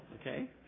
Okay